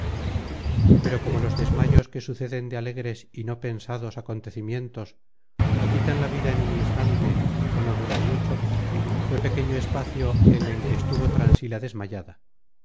pero como los desmayos que suceden de alegres y no pensados acontecimientos ó quitan la vida en un instante ó no duran mucho fué pequeño espacio el en que estuvo transila desmayada